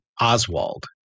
Oswald